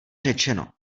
řečeno